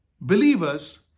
believers